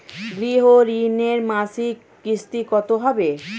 গৃহ ঋণের মাসিক কিস্তি কত হবে?